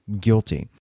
guilty